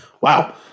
wow